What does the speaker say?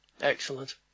Excellent